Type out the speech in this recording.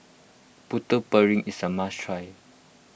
Putu Piring is a must try